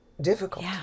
difficult